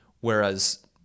whereas